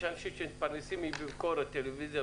יש אנשים שמתפרנסים מביקורת טלוויזיה,